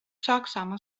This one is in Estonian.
saksamaa